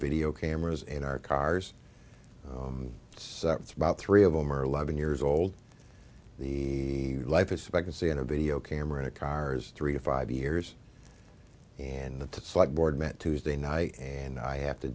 video cameras in our cars it's about three of them are eleven years old the life expectancy in a video camera cars three to five years and the board met tuesday night and i have to